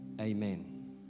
Amen